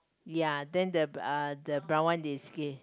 ya then the uh the brown one is Giv~